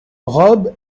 rob